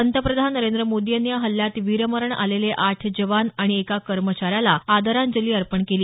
पंतप्रधान नरेंद्र मोदी यांनी या हल्ल्यात वीरमरण आलेले आठ जवान आणि एका कर्मचाऱ्याला आदरांजली अर्पण केली